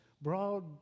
broad